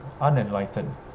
unenlightened